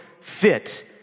fit